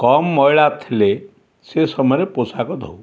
କମ୍ ମଇଳା ଥିଲେ ସେ ସମୟରେ ପୋଷାକ ଧୋଉ